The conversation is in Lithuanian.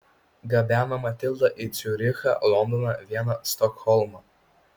gabeno matildą į ciurichą londoną vieną stokholmą